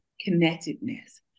connectedness